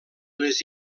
les